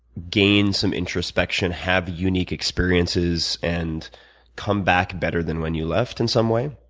gain some introspection, have unique experiences, and come back better than when you left in some way,